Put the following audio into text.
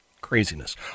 craziness